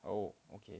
oh okay